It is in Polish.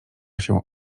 się